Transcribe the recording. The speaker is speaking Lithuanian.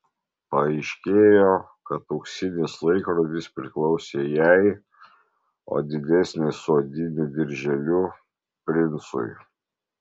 paaiškėjo kad auksinis laikrodis priklausė jai o didesnis su odiniu dirželiu princui